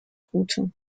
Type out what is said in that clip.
route